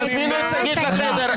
תזמינו את שגית לחדר.